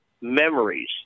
memories